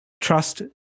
trust